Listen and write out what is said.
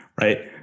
right